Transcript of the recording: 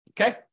Okay